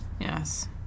Yes